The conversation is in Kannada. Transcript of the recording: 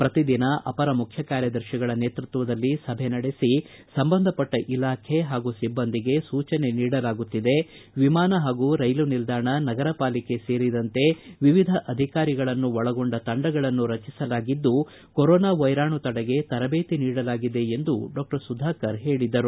ಪ್ರತಿದಿನ ಅಪರ ಮುಖ್ಯಕಾರ್ಯದರ್ತಿಗಳ ನೇತೃತ್ವದಲ್ಲಿ ಸಭೆ ನಡೆಸಿ ಸಂಬಂಧಪಟ್ಟ ಇಲಾಖೆ ಹಾಗೂ ಸಿಬ್ಬಂದಿಗೆ ಸೂಚನೆ ನೀಡಲಾಗುತ್ತಿದೆ ವಿಮಾನ ಹಾಗೂ ರೈಲು ನಿಲ್ದಾಣ ನಗರ ಪಾಲಿಕೆ ಸೇರಿದಂತೆ ವಿವಿಧ ಇಲಾಖೆಗಳ ಅಧಿಕಾರಿಗಳನ್ನು ಒಳಗೊಂಡ ತಂಡಗಳನ್ನು ರಚಿಸಲಾಗಿದ್ದು ಕೊರೊನಾ ವೈರಾಣು ತಡೆಗೆ ತರಬೇತಿ ನೀಡಲಾಗಿದೆ ಎಂದು ಡಾ ಸುಧಾಕರ್ ಹೇಳಿದರು